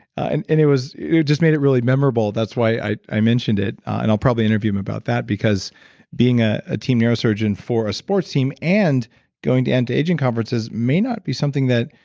and and it just made it really memorable. that's why i i mentioned it. and i'll probably interview him about that because being a ah team neurosurgeon for a sports team and going to anti-aging conferences may not be something that.